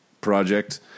project